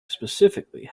specifically